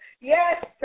Yes